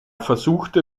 versuchte